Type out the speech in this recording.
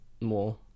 more